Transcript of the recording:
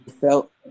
felt